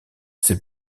ses